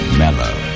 mellow